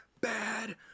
bad